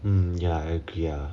hmm ya I agree